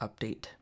update